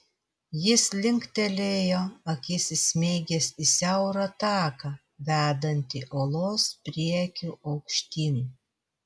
jis linktelėjo akis įsmeigęs į siaurą taką vedantį uolos priekiu aukštyn